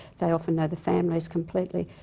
they often know the families completely.